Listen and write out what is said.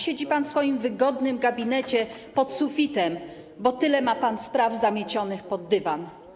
Siedzi pan w swoim wygodnym gabinecie pod sufitem, bo tyle ma pan spraw zamiecionych pod dywan.